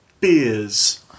Beers